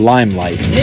Limelight